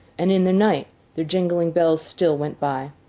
and in the night their jingling bells still went by.